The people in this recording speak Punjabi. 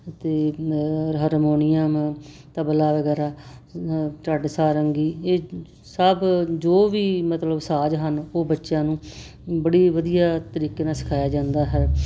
ਅਤੇ ਹਾਰਮੋਨੀਅਮ ਤਬਲਾ ਵਗੈਰਾ ਢੱਡ ਸਾਰੰਗੀ ਇਹ ਸਭ ਜੋ ਵੀ ਮਤਲਬ ਸਾਜ ਹਨ ਉਹ ਬੱਚਿਆਂ ਨੂੰ ਬੜੀ ਵਧੀਆ ਤਰੀਕੇ ਨਾਲ ਸਿਖਾਇਆ ਜਾਂਦਾ ਹੈ